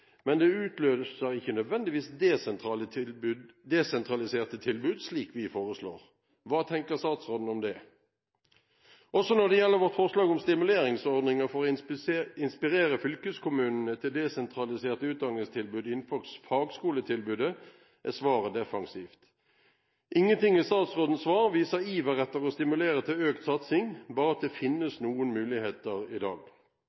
men det utløser ikke nødvendigvis desentraliserte tilbud, slik vi foreslår. Hva tenker statsråden om det? Også når det gjelder vårt forslag om stimuleringsordninger for å inspirere fylkeskommunene til desentraliserte utdanningstilbud innenfor fagskoletilbudet, er svaret defensivt. Ingenting i statsrådens svar viser iver etter å stimulere til økt satsing, svaret viser bare at det finnes noen muligheter i dag.